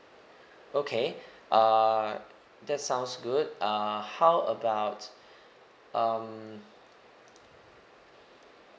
okay uh that's sounds good uh how about um